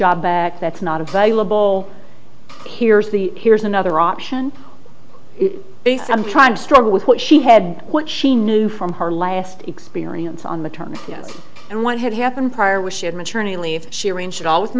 job back that's not available here's the here's another option base i'm trying to struggle with what she had what she knew from her last experience on the term yes and what had happened prior was she had maternity leave she arranged it all with